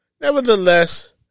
Nevertheless